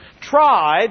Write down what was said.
tried